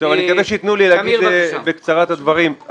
אני מקווה שייתנו לי לומר בקצרה את הדברים.